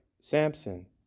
samson